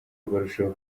barusheho